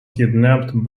kidnapped